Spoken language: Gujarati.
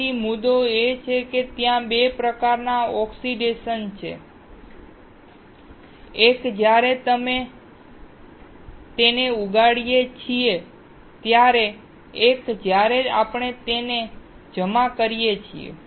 તેથી મુદ્દો એ છે કે ત્યાં 2 પ્રકારના ઓક્સિડેશન છે એક જ્યારે આપણે તેને ઉગાડીએ છીએ એક જ્યારે આપણે તેને જમા કરીએ છીએ